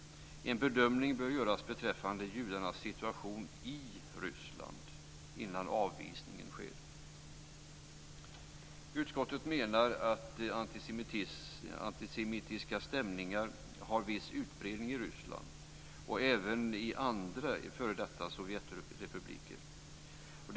En bedömning bör göras beträffande judarnas situation i Ryssland innan avvisning sker. Utskottet menar att antisemitiska stämningar har viss utbredning i Ryssland och även i andra f.d. sovjetrepubliker.